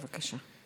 בבקשה.